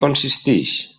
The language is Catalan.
consistix